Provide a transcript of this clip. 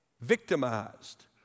victimized